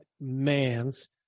man's